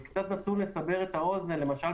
כדי לסבר את האוזן - למשל,